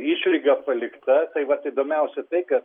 išlyga palikta tai vat įdomiausia tai kad